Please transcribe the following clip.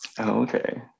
Okay